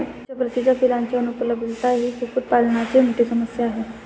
उच्च प्रतीच्या पिलांची अनुपलब्धता ही कुक्कुटपालनाची मोठी समस्या आहे